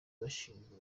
bashinjwa